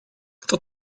kto